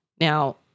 Now